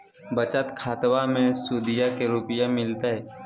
बचत खाताबा मे सुदीया को रूपया मिलते?